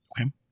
Okay